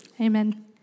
Amen